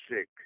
sick